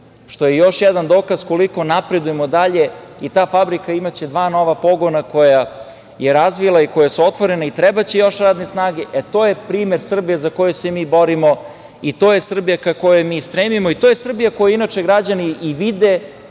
što je još jedan dokaz koliko napredujemo dalje. Ta fabrika imaće dva nova pogona koja je razvila i koja su otvorena i trebaće još radne snage. To je primer Srbije za koju se mi borimo i to je Srbija ka kojoj mi stremimo. To je Srbija koju inače građani vide,